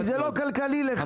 כי זה לא כלכלי לך.